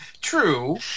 True